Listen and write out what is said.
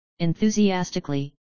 enthusiastically